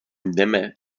jdeme